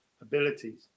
abilities